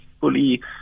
fully